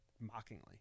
mockingly